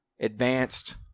advanced